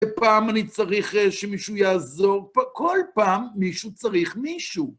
פעם אני צריך שמישהו יעזור פה, כל פעם מישהו צריך מישהו.